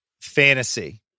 fantasy